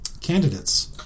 candidates